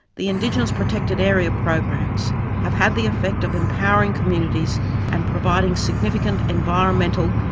the indigenous protected area programs have had the effect of empowering communities and providing significant environmental,